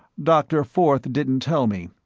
dr. forth didn't tell me.